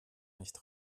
nicht